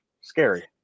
scary